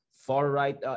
far-right